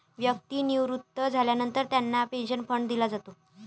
व्यक्ती निवृत्त झाल्यानंतर त्याला पेन्शन फंड दिला जातो